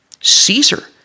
Caesar